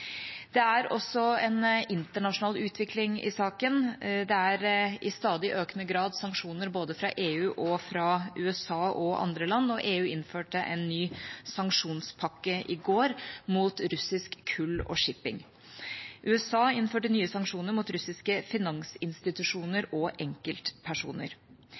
det samme. Det er også en internasjonal utvikling i saken. Det er i stadig økende grad sanksjoner både fra EU og fra USA og andre land, og EU innførte en ny sanksjonspakke i går mot russisk kull og shipping. USA innførte nye sanksjoner mot russiske finansinstitusjoner og enkeltpersoner.